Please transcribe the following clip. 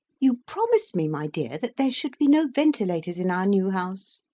you promised me, my dear, that there should be no ventilators in our new house.